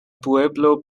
pueblo